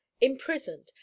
imprisoned